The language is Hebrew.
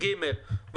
תערוך ביניהם הגרלה,